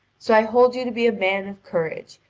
so i hold you to be a man of courage,